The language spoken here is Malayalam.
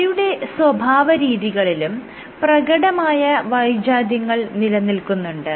അവയുടെ സ്വഭാവരീതികളിലും പ്രകടമായ വൈജാത്യങ്ങൾ നിലനിൽക്കുന്നുണ്ട്